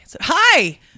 Hi